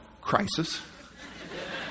crisis